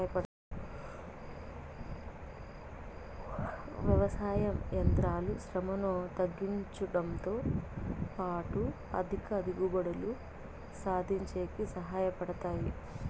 వ్యవసాయ యంత్రాలు శ్రమను తగ్గించుడంతో పాటు అధిక దిగుబడులు సాధించేకి సహాయ పడతాయి